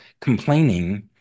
complaining